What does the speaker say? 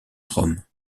rome